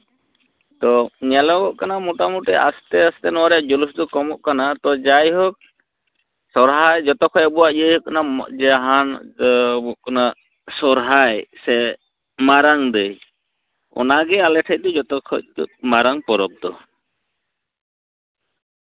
ᱛᱚ ᱧᱮᱞᱚᱜᱚᱜ ᱠᱟᱱᱟ ᱢᱚᱴᱟᱢᱩᱴᱤ ᱟᱥᱛᱮ ᱟᱥᱛᱮ ᱱᱚᱣᱟ ᱨᱮᱭᱟᱜ ᱡᱩᱞᱩᱥ ᱫᱚ ᱠᱚᱢᱚᱜ ᱠᱟᱱᱟ ᱛᱚ ᱡᱟᱭ ᱦᱳᱠ ᱥᱚᱨᱦᱟᱭ ᱡᱚᱛᱚ ᱠᱷᱚᱡ ᱟᱵᱚᱣᱟᱜ ᱤᱭᱟᱹ ᱦᱩᱭᱩᱜ ᱠᱟᱱᱟ ᱡᱟᱦᱟᱱ ᱫᱤᱭᱮ ᱦᱩᱭᱩᱜ ᱠᱟᱱᱟ ᱥᱚᱨᱦᱟᱭ ᱥᱮ ᱢᱟᱨᱟᱝ ᱫᱟᱹᱭ ᱚᱱᱟ ᱜᱮ ᱟᱞᱮ ᱴᱷᱮᱡ ᱫᱚ ᱡᱚᱛᱚ ᱠᱷᱚᱡ ᱢᱟᱨᱟᱝ ᱯᱚᱨᱚᱵᱽ ᱫᱚ